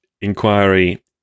inquiry